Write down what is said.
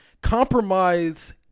Compromise